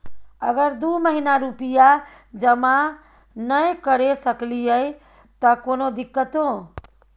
अगर दू महीना रुपिया जमा नय करे सकलियै त कोनो दिक्कतों?